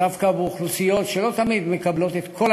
שדווקא באוכלוסיות שלא תמיד מקבלות את כל